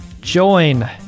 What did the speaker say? join